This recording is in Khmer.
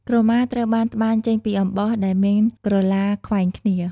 ក្រមាត្រូវបានត្បាញចេញពីអំបោះ ដែលមានក្រឡាខ្វែងគ្នា។